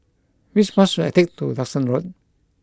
which bus should I take to Duxton Road